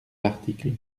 l’article